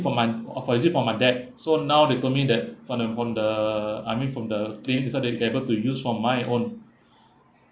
for my uh or is it for my dad so now they told me that from the from the I mean from the I think inside there I'll be able to use for my own